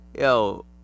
yo